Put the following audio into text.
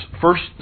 first